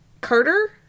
Carter